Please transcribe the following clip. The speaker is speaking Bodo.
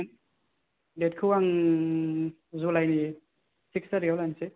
डेटखौ आं जुलाइनि सिक्स तारिक आव दानसै